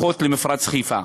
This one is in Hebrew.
אחות למפרץ-חיפה.